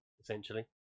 essentially